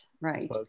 right